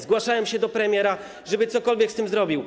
Zgłaszają się do premiera, żeby cokolwiek z tym zrobił.